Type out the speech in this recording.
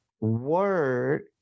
word